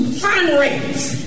fundraise